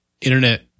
Internet